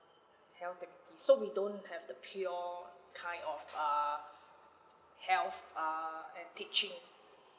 health activity so we don't have the pure kind of uh health err and teaching